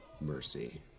Mercy